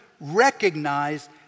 recognize